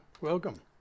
Welcome